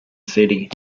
city